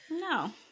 No